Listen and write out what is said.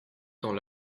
temps